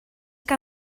que